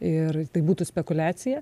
ir tai būtų spekuliacija